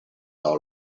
all